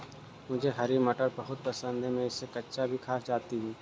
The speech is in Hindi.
मुझे हरी मटर बहुत पसंद है मैं इसे कच्चा भी खा जाती हूं